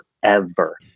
forever